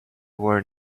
were